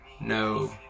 No